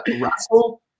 Russell